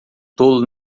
tolo